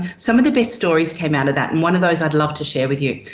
some of the best stories came out of that, and one of those i'd love to share with you.